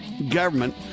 government